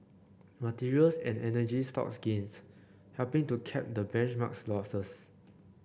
materials and energy stocks gained helping to cap the benchmark's losses